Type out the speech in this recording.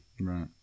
Right